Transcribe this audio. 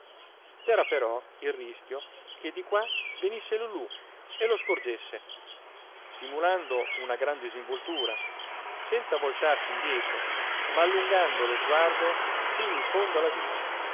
boncompagni c'era però il rischio che di qua venisse lulù e lo scorgesse simulando una gran disinvoltura senza voltarsi indietro ma allungando lo sguardo fin in fondo alla via